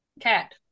cat